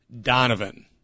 Donovan